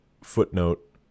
Footnote